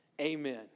amen